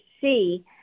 see